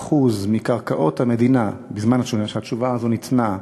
ש-93% מקרקעות המדינה, בזמן שהתשובה הזאת ניתנה,